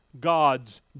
god's